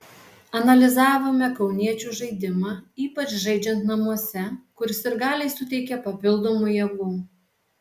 analizavome kauniečių žaidimą ypač žaidžiant namuose kur sirgaliai suteikia papildomų jėgų